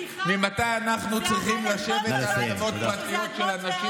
סליחה, זו אדמת הבית שלי, זו אדמת לאום.